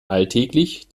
alltäglich